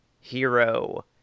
Hero